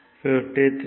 70338